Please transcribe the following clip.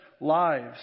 lives